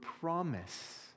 promise